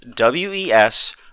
WES